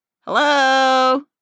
Hello